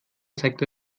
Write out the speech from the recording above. zeigte